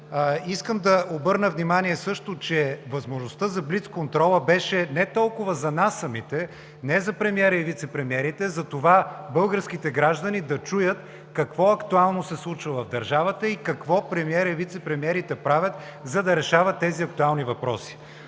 Искам да обърна внимание също, че възможността за блицконтрола беше не толкова за нас самите, не за премиера и вицепремиерите, а българските граждани да чуят какво актуално се случва в държавата и какво премиерът и вицепремиерите правят, за да решават тези актуални въпроси.